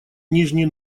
нижний